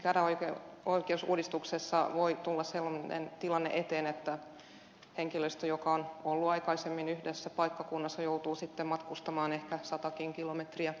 esimerkiksi käräjäoikeusuudistuksessa voi tulla sellainen tilanne eteen että henkilöstö joka on ollut aikaisemmin yhdellä paikkakunnalla joutuu sitten matkustamaan ehkä satakin kilometriä